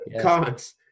Cons